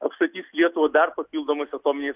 apstatys lietuvą dar papildomais atominiais